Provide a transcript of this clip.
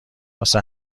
واسه